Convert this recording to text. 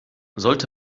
sollte